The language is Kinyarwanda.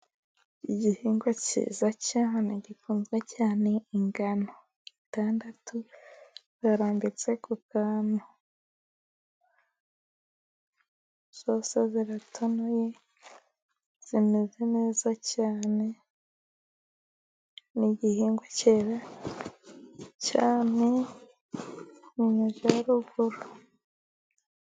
Igihingwa cyiza gikunzwe cyane, ingano itandatu zirarambitse ku kantu zose ziratonoye zimeze neza cyane, ni igihingwa cyera cyane mu Majyaruguru.